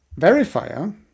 verifier